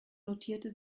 notierte